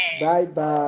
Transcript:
Bye-bye